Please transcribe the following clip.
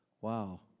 Wow